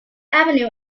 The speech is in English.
avenue